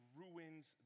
ruins